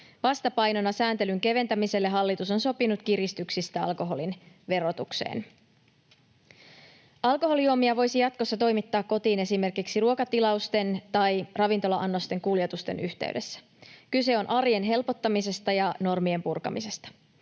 Vastapainona sääntelyn keventämiselle hallitus on sopinut kiristyksistä alkoholin verotukseen. Alkoholijuomia voisi jatkossa toimittaa kotiin esimerkiksi ruokatilausten tai ravintola-annosten kuljetusten yhteydessä. Kyse on arjen helpottamisesta ja normien purkamisesta.